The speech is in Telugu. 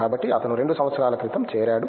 కాబట్టి అతను 2 సంవత్సరాల క్రితం చేరాడు